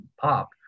pop